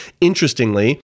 Interestingly